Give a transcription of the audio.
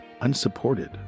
unsupported